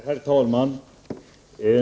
Herr talman!